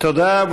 תודה.